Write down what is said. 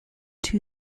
two